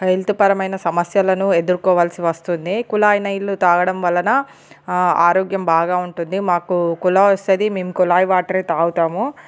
health పరమైన సమస్యలను ఎదుర్కోవాల్సి వస్తుంది కుళాయి నీరు తాగడం వలన ఆరోగ్యం బాగా ఉంటుంది మాకు కుళాయి వస్తుంది మేము కుళాయి వాటరే తాగుతాము